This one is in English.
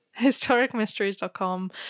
Historicmysteries.com